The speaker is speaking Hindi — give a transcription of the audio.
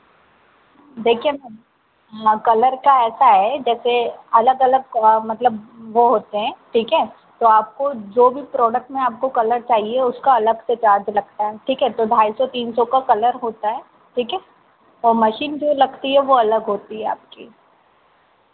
देखिए मैम हाँ कलर का ऐसा है जैसे अलग अलग मतलब वो होते हैं ठीक है तो आपको जो भी प्रोडक्ट में आपको कलर चाहिए उसका अलग से चार्ज लगता है ठीक है तो ढाई सौ तीन सौ का कलर होता है ठीक है और मशीन जो लगती है वो अलग होती है आपकी